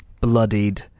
bloodied